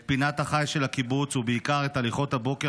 את פינת החי של הקיבוץ ובעיקר את הליכות הבוקר